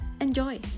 Enjoy